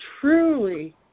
truly